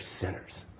sinners